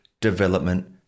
development